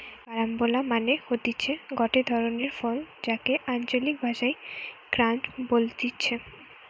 carambola মানে হতিছে গটে ধরণের ফল যাকে আঞ্চলিক ভাষায় ক্রাঞ্চ বলতিছে